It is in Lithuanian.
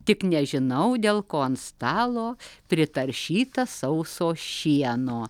tik nežinau dėl ko ant stalo pritaršyta sauso šieno